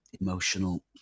emotional